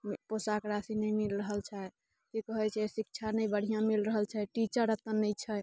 पोशाक राशि नहि मिल रहल छै की कहैत छै शिक्षा नहि बढ़िआँ मिल रहल छै टीचर अतऽ नहि छै